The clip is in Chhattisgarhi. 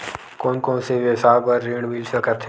कोन कोन से व्यवसाय बर ऋण मिल सकथे?